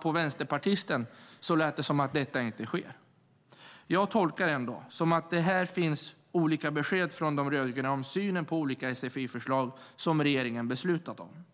På vänsterpartisten lät det som om detta inte sker. Jag tolkar det som att här finns olika besked från de rödgröna vad gäller synen på de sfi-förslag som regeringen beslutat om,